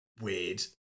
weird